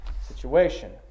situation